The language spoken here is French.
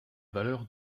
valeur